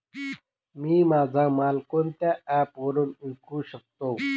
मी माझा माल कोणत्या ॲप वरुन विकू शकतो?